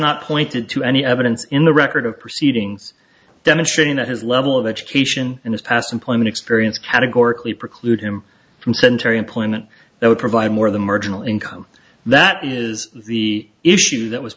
not pointed to any evidence in the record of proceedings demonstrating that his level of education in his past employment experience categorically preclude him from centauri employment that would provide more of the marginal income that is the issue that was